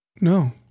No